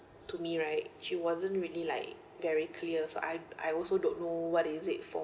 to me right she wasn't really like very clear so I I also don't know what is it for